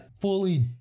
fully